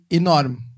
enorme